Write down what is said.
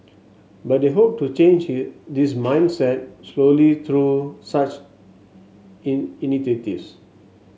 but they hope to change this mindset slowly through such initiatives